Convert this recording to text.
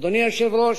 אדוני היושב-ראש,